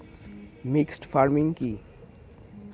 Mixed farming কি?